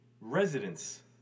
residents